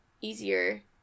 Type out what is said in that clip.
easier